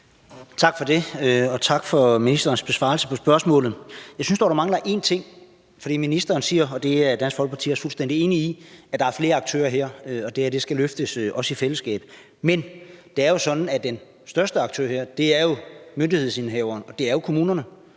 for det. Og tak for ministerens besvarelse af spørgsmålet. Jeg synes dog, der mangler en ting, for ministeren siger – og det er Dansk Folkeparti også fuldstændig enig i – at der er flere aktører her, og at det her skal løftes i fællesskab, men det er jo sådan, at den største aktør er myndighedsindehaveren, og det er jo kommunerne.